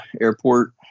Airport